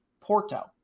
Porto